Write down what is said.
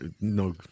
no